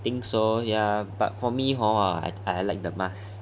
think so ya but for me hor I I like the mask